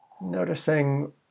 Noticing